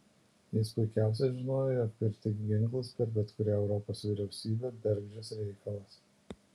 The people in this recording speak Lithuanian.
jis puikiausiai žinojo jog pirkti ginklus per bet kurią europos vyriausybę bergždžias reikalas